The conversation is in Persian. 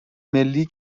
ملی